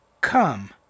Come